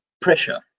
pressure